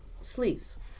sleeves